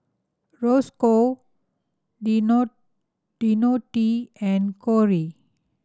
Roscoe Deonte and Corey